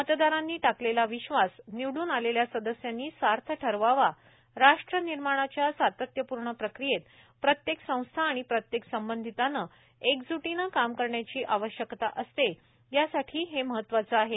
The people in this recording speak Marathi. मतदारांनी टाकलेला विश्वास निवडून आलेल्या सदस्यांनी सार्थ ठरवावा राष्ट्र निर्माणाच्या सातत्यपूर्ण प्रक्रियेत प्रत्येक संस्था आणि प्रत्येक संबंधिताने एकज्टीने काम करण्याची आवश्यकता असते यासाठी हे महत्वाचं आहे